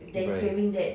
right